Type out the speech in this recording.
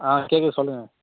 ஆ கேட்குது சொல்லுங்கள்